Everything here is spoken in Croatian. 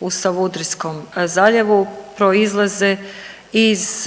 u Savudrijskom zaljevu proizlaze iz,